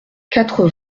quatre